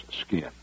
skin